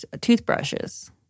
toothbrushes